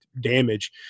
damage